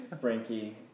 Frankie